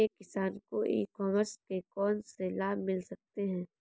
एक किसान को ई कॉमर्स के कौनसे लाभ मिल सकते हैं?